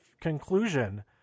conclusion